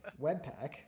webpack